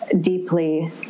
deeply